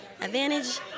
advantage